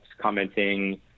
commenting